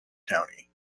county